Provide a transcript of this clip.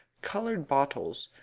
coloured bottles,